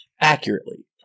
Accurately